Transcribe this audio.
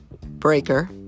Breaker